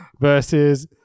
versus